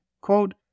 Quote